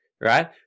right